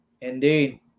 Indeed